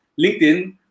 LinkedIn